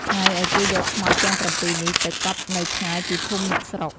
ហើយឲ្យគេយកខ្មោចទាំង ៧ នេះទៅកប់នៅឆ្ងាយពីភូមិអ្នកស្រុក។